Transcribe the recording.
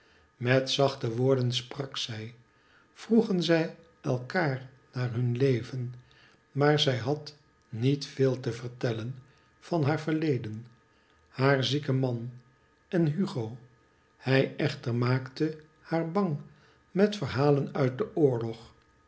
met zachte woorden spraken zij vroegen zij elkaar naar hun leven maar zij had niet veel te vertellen van haar verleden haar zieken man en hugo hij echter maakte haar bang met verhalen uit den oorlog